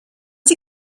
sie